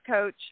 coach